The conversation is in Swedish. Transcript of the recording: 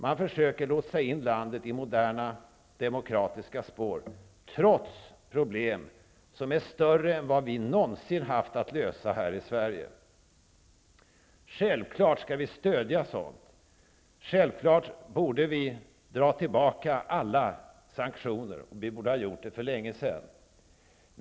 Man försöker lotsa in landet i moderna demokratiska spår trots problem som är större än vad vi någonsin haft att lösa här i Sverige. Självklart skall vi stödja sådant. Självklart borde vi dra tillbaka alla sanktioner -- vi borde ha gjort det för länge sedan.